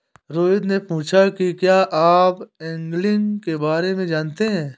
रोहित ने पूछा कि क्या आप एंगलिंग के बारे में जानते हैं?